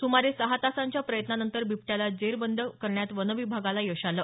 सुमारे सहा तासांच्या प्रयत्नानंतर बिबट्याला जेरबंद करण्यात वन विभागाला यश आलं